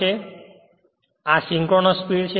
અન આ synchronous speed છે